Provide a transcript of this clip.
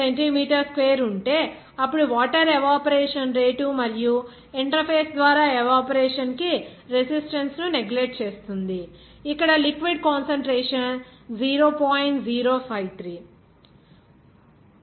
25 centimetre square ఉంటే అప్పుడు water evaporation rate మరియు ఇంటర్ఫేస్ ద్వారా ఎవాపోరేషన్ కి రెసిస్టెన్స్ ను నెగ్లెక్ట్ చేస్తుంది ఇక్కడ లిక్విడ్ కాన్సంట్రేషన్ 0